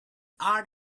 art